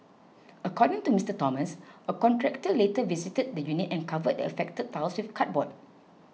according to Mister Thomas a contractor later visited the unit and covered the affected tiles with cardboard